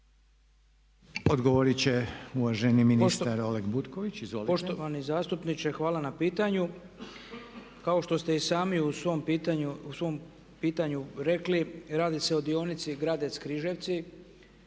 Odgovorit će uvaženi ministar Oleg Butković,